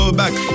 back